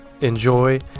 enjoy